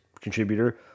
contributor